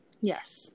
Yes